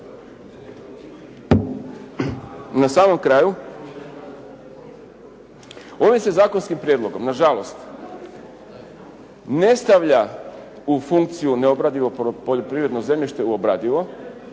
Na samom kraju ovim se zakonskim prijedlogom nažalost ne stavlja u funkciju neobradivo poljoprivredno zemljište u obradivo